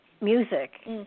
Music